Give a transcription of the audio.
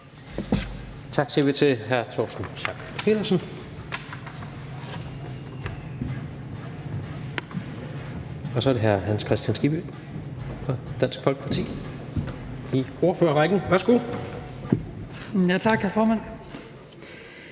Tak siger vi til hr. Torsten Schack Pedersen. Så er det hr. Hans Kristian Skibby fra Dansk Folkeparti i ordførerrækken. Værsgo. Kl. 16:20